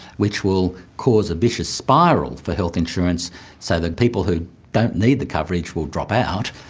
which will cause a vicious spiral for health insurance so then people who don't need the coverage will drop out,